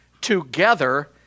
together